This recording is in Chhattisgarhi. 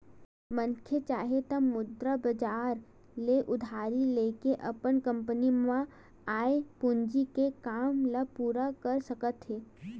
मनखे चाहे त मुद्रा बजार ले उधारी लेके अपन कंपनी म आय पूंजी के काम ल पूरा कर सकत हे